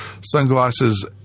sunglasses